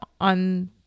on